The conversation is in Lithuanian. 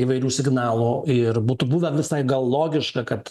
įvairių signalų ir būtų buvę visai gal logiška kad